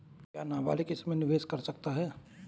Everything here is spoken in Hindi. क्या नाबालिग इसमें निवेश कर सकता है?